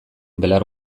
belar